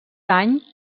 any